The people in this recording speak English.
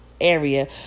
area